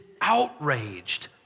outraged